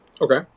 Okay